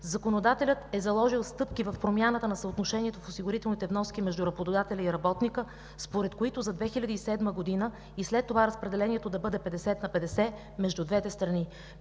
законодателят е заложил стъпки в промяната на съотношението в осигурителните вноски между работодателя и работника, според които за 2007 г. и след това разпределението да бъде 50 на 50 между двете страни.